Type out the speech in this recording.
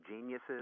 geniuses